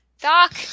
Doc